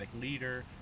leader